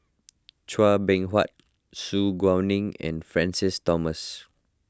Chua Beng Huat Su Guaning and Francis Thomas